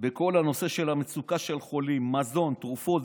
בכל הנושא של המצוקה של חולים, מזון, תרופות.